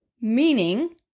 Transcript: meaning